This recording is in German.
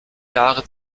jahre